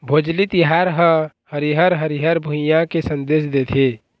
भोजली तिहार ह हरियर हरियर भुइंया के संदेस देथे